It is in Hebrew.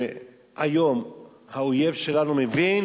היום האויב שלנו מבין